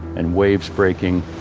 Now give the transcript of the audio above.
and waves breaking,